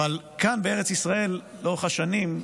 כאן בארץ ישראל, לאורך השנים,